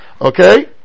Okay